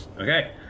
Okay